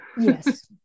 Yes